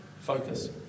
focus